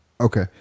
Okay